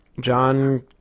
John